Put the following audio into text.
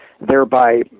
thereby